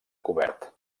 cobert